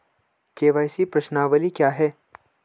KYC प्रश्नावली क्या है?